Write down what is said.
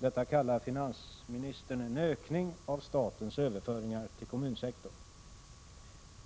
Detta kallar finansministern en ökning av statens överföringar till kommunsektorn.